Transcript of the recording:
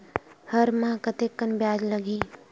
हर माह कतेकन ब्याज लगही?